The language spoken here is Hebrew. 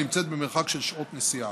הנמצאת במרחק של שעות נסיעה.